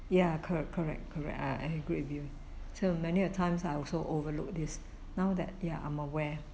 ya correct correct correct I I agree with you so many a times I also overlook this now that ya I'm aware